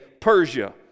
Persia